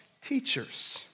teachers